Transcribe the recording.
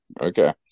okay